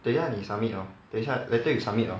等下你 submit hor 等一下 later you submit hor